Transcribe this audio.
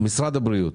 משרד הבריאות